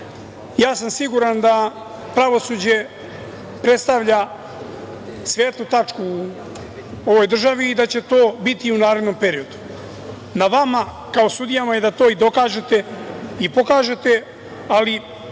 sam da pravosuđe predstavlja svetlu tačku u ovoj državi i da će to biti u narednom periodu. Na vama kao sudijama je da to dokažete i pokažete, ali